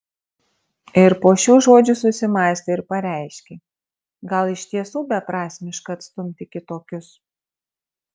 ir po šių žodžių susimąstė ir pareiškė gal iš tiesų beprasmiška atstumti kitokius